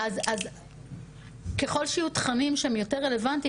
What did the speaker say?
ככל שיהיו תכנים שהם יותר רלוונטיים,